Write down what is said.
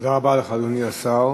תודה רבה לך, אדוני השר.